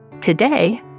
today